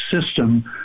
system